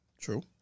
True